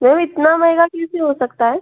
वो भी इतना महंगा कैसे हो सकता है